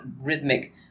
rhythmic